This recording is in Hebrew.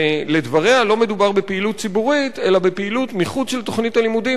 ולדבריה לא מדובר בפעילות ציבורית אלא בפעילות מחוץ לתוכנית הלימודים,